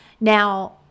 Now